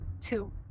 two